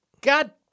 God